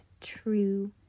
true